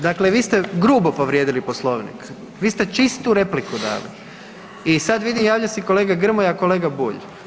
Dakle, vi ste grubo povrijedili Poslovnik, vi ste čistu repliku dali i sad vidim javlja se i kolega Grmoja i kolega Bulj.